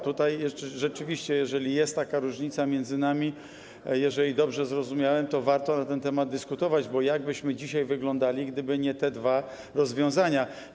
Tutaj rzeczywiście, jeżeli jest taka różnica między nami, jeżeli dobrze zrozumiałem, to warto na ten temat dyskutować, bo jak byśmy dzisiaj wyglądali, gdyby nie te dwa rozwiązania.